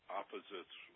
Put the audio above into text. opposites